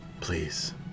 please